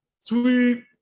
Sweet